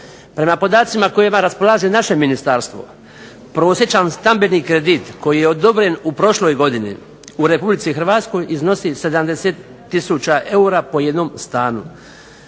Prema podacima kojima raspolaže naše ministarstvo prosječan stambeni kredit koji je odobren u prošloj godini u Republici Hrvatskoj iznosi 70000 eura po jednom stanu.